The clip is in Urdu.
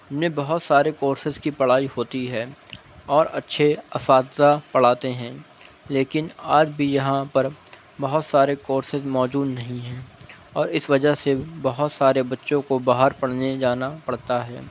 ان میں بہت سارے کورسز کی پڑھائی ہوتی ہے اور اچھے اساتذہ پڑھاتے ہیں لیکن آج بھی یہاں پر بہت سارے کورسز موجود نہیں ہیں اور اس وجہ سے بہت سارے بچوں کو باہر پڑھنے جانا پڑتا ہے